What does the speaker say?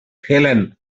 helen